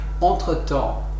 entre-temps